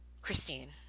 christine